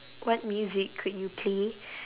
what music could you play